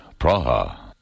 Praha